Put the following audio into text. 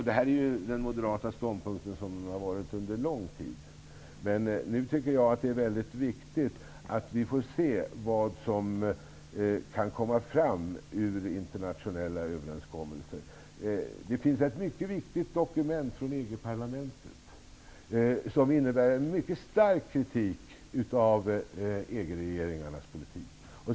Detta är den moderata ståndpunkten sedan lång tid tillbaka. Jag tycker att det är väldigt viktigt att vi får se vad som kan komma fram ur internationella överenskommelser. Det finns ett mycket viktigt dokument från EG parlamentet, som innehåller en mycket stark kritik mot EG-regeringarnas politik.